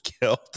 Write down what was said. killed